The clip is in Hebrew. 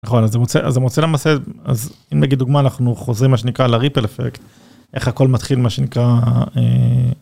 נכון אז זה מוצא אז מוצא למעשה אז אם נגיד דוגמא אנחנו חוזרים מה שנקרא לריפל אפקט איך הכל מתחיל מה שנקרא.